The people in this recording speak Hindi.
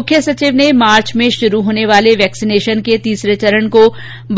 मुख्य सचिव ने मार्च माह में शुरू होने वाले वेक्सीनेशन के तीसरे चरण को